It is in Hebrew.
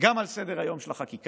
גם על סדר-היום של החקיקה,